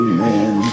Amen